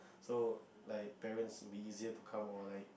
so like parents would be easier to come or like